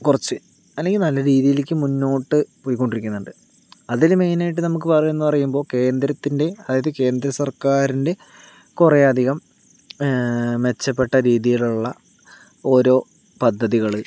കുറച്ച് അല്ലെങ്കിൽ നല്ല രീതിയിലേക്ക് മുന്നോട്ട് പോയിക്കൊണ്ടിരിക്കുന്നുണ്ട് അതില് മെയിൻ ആയിട്ട് നമുക്ക് പറയുക എന്ന് പറയുമ്പോൾ കേന്ദ്രത്തിനന്റെ അതായത് കേന്ദ്രസർക്കാരിന്റെ കുറെയധികം മെച്ചപ്പെട്ട രീതിയിലുള്ള ഓരോ പദ്ധതികൾ